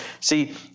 See